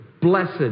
blessed